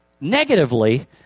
negatively